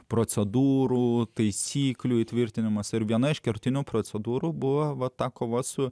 procedūrų taisyklių įtvirtinimas ir viena iš kertinių procedūrų buvo ta kova su